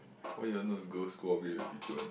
why you want know girls school all weird weird people [one]